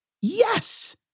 Yes